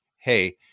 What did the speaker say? Hey